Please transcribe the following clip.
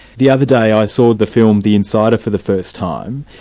the other day i saw the film the insider for the first time.